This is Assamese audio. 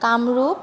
কামৰূপ